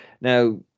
now